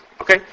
Okay